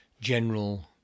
general